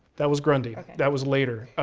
that was grundy, that was later.